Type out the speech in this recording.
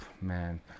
man